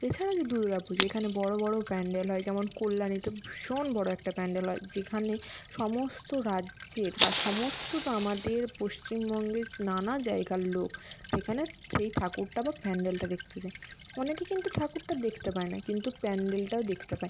এছাড়া হচ্ছে দুর্গা পুজো এখানে বড়ো বড়ো প্যান্ডেল হয় যেমন কল্যাণীতে ভীষণ বড়ো একটা প্যান্ডেল হয় যেখানে সমস্ত রাজ্যের বা সমস্ত আমাদের পশ্চিমবঙ্গের নানা জায়গার লোক সেখানে সেই ঠাকুরটা বা প্যান্ডেলটা দেখতে যায় অনেকে কিন্তু ঠাকুরটা দেখতে পায় না কিন্তু প্যান্ডেলটা দেখতে পায়